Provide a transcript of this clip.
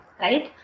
right